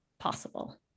possible